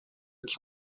que